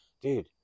Dude